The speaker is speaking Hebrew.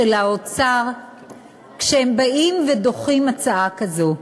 של האוצר כשהם באים ודוחים הצעה כזאת.